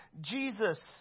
Jesus